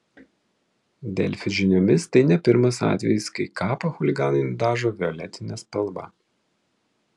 delfi žiniomis tai ne pirmas atvejis kai kapą chuliganai nudažo violetine spalva